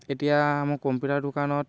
এতিয়া মোৰ কম্পিউটাৰ দোকানত